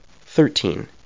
Thirteen